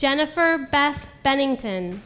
jennifer beth bennington